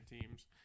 teams